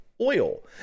Oil